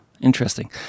interesting